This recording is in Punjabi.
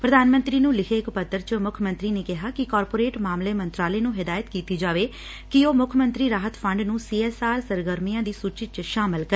ਪ੍ਰਧਾਨ ਮੰਤਰੀ ਨੂੰ ਲਿਖੇ ਇਕ ਪੱਤਰ ਚ ਮੁੱਖ ਮੰਤਰੀ ਨੇ ਕਿਹੈ ਕਿ ਕਾਰਪੋਰੇਟ ਮਾਮਲੇ ਮੰਤਰਾਲੇ ਨੂੰ ਹਿਦਾਇਤ ਕੀਤੀ ਜਾਵੇ ਕਿ ਉਹ ਮੁੱਖ ਮੰਤਰੀ ਰਾਹਤ ਫੰਡ ਨੂੰ ਸੀ ਐਸ ਆਰ ਸਰਗਰਮੀਆਂ ਦੀ ਸੂਚੀ ਚ ਸ਼ਾਮਲ ਕਰਨ